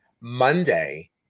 Monday